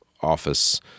office